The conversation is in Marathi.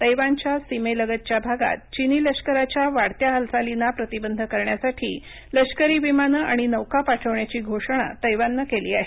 तैवानच्या सीमेलगतच्या भागात चिनी लष्कराच्या वाढत्या हालचालींना प्रतिबंध करण्यासाठी लष्करी विमानं आणि नौका पाठवण्याची घोषणा तैवाननं केली आहे